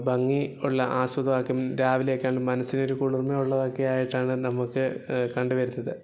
ഭംഗി ഉള്ള ആസ്വാദമാക്കും രാവിലെയൊക്കെയാണെ മനസിന് ഒരു കുളിര്മ്മ ഉള്ളതൊക്കെയായിട്ടാണ് നമുക്ക് കണ്ടു വരുന്നത്